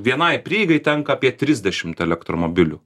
vienai prieigai tenka apie trisdešimt elektromobilių